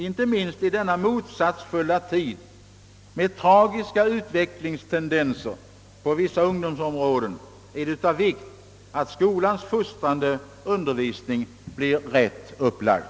Inte minst i denna motsatsfulla tid med tragiska utvecklingstendenser på vissa ungdomsområden är det av vikt att skolans fostrande undervisning blir rätt upplagd.